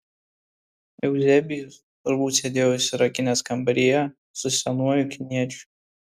euzebijus turbūt sėdėjo užsirakinęs kambaryje su senuoju kiniečiu